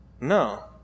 No